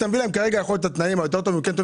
אתה נותן להם כרגע את התנאים היותר טובים או לא,